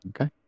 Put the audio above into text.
Okay